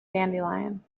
dandelion